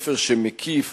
ספר מקיף,